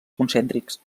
concèntrics